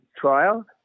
trial